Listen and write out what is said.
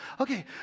Okay